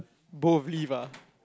both leave ah